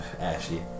Ashy